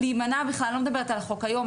לא מדברת על החוק היום,